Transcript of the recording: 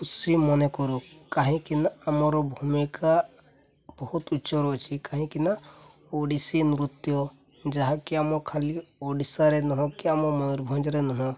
ଖୁସି ମନେକରୁ କାହିଁକି ନା ଆମର ଭୂମିକା ବହୁତ ଉଚ୍ଚରେ ଅଛି କାହିଁକି ନା ଓଡ଼ିଶୀ ନୃତ୍ୟ ଯାହାକି ଆମ ଖାଲି ଓଡ଼ିଶାରେ ନୁହଁ କି ଆମ ମୟୂରଭଞ୍ଜରେ ନୁହଁ